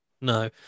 no